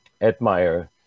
admire